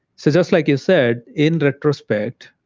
so just like you said, in retrospect,